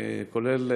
כולל,